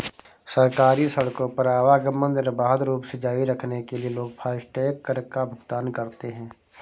सरकारी सड़कों पर आवागमन निर्बाध रूप से जारी रखने के लिए लोग फास्टैग कर का भुगतान करते हैं